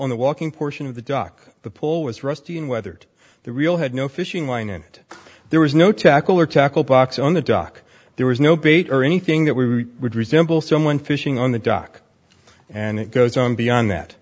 on the walking portion of the dock the pool was rusty and weathered the real had no fishing line in it there was no tackle or tackle box on the dock there was no bait or anything that we would resemble someone fishing on the dock and it goes on beyond that